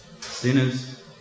Sinners